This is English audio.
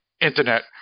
internet